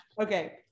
okay